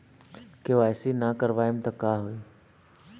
KYC ना करवाएम तब का होई?